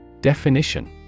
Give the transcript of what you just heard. Definition